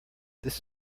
this